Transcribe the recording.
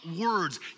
words